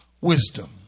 wisdom